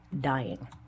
dying